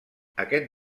aquest